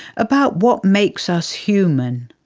about what makes us human.